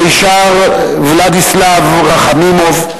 מישר ולדיסלב רחמימוב,